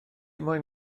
moyn